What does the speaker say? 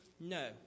No